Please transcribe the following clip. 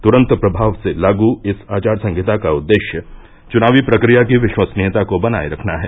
तुरंत प्रभाव से लागू इस आचार संहिता का उद्देश्य चुनावी प्रक्रिया की विश्वसनीयता को बनाए रखना है